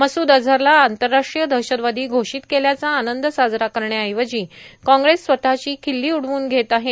मसूद अझरला आंतरराष्ट्रीय दहशतवादो घोषत केल्याचा आनंद साजरा करण्याऐवजी काँग्रेस स्वतची र्षाखल्लो उडवून घेत आहे